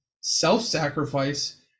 self-sacrifice